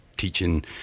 teaching